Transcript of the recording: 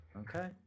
Okay